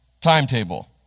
timetable